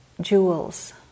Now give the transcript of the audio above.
jewels